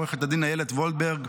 עו"ד איילת וולברג,